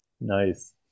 Nice